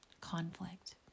Conflict